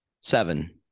seven